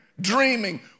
dreaming